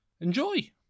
Enjoy